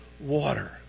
water